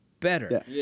better